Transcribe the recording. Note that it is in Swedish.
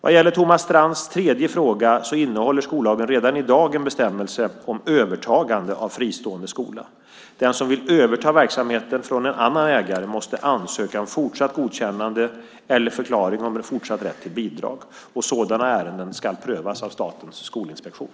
Vad gäller Thomas Strands tredje fråga innehåller skollagen redan i dag en bestämmelse om övertagande av fristående skola. Den som vill överta verksamheten från en annan ägare måste ansöka om fortsatt godkännande eller förklaring om fortsatt rätt till bidrag. Sådana ärenden ska prövas av Statens skolinspektion.